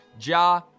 Ja